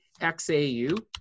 XAU